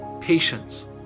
patience